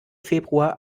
februar